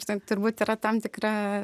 ir ten turbūt yra tam tikra